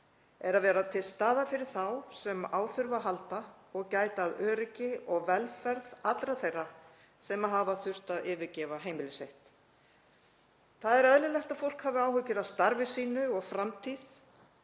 er að vera til staðar fyrir þá sem á þurfa að halda og gæta að öryggi og velferð allra þeirra sem hafa þurft að yfirgefa heimili sitt. Það er eðlilegt að fólk hafi áhyggjur af starfi sínu og framtíð.